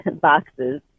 boxes